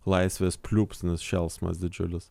laisvės pliūpsnis šėlsmas didžiulis